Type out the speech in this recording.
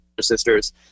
sisters